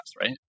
right